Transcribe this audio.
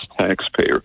taxpayer